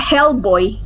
Hellboy